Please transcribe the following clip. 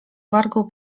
wargą